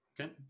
Okay